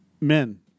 Men